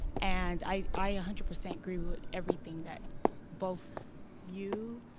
and i hunted percent agree with everything that both you